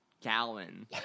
gallon